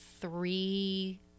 three